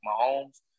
Mahomes